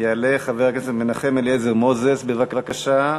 יעלה חבר הכנסת מנחם אליעזר מוזס, בבקשה,